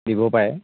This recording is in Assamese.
দিব পাৰে